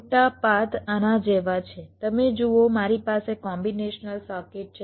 ખોટા પાથ આના જેવા છે તમે જુઓ મારી પાસે કોમ્બિનેશનલ સર્કિટ છે